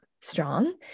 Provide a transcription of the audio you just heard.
strong